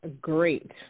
great